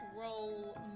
roll